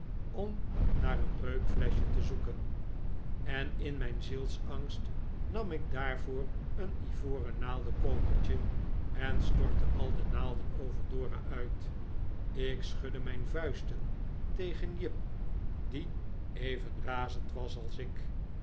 om naar een reukfleschje te zoeken en in mijn zielsangst nam ik daarvoor een ivoren naaldenkokertje en stortte al de naalden over dora uit ik schudde mijn vuisten tegen jip die even razend was als ik